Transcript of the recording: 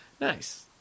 Nice